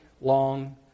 long